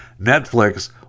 Netflix